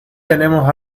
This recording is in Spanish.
tenemos